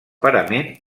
parament